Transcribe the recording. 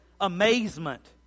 amazement